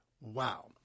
Wow